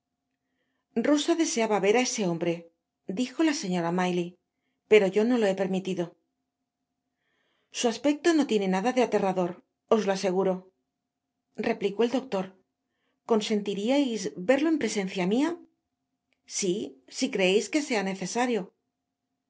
deseaba ver á ese hombre dijo la señora maylie pero yo no lo he permitido su aspecto no tiene nada de aterrador os lo aseguro replicó el doctorconsentiriais verlo en presencia mia si si creeis que sea necesario